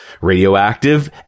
radioactive